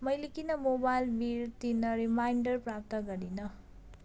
मैले किन mobile bill तिर्न रिमाइन्डर प्राप्त गरिनँ